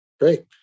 Great